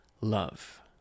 love